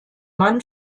mann